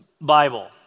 Bible